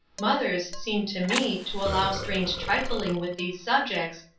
mothers seem to me to allow strange trifling with these subjects,